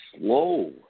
slow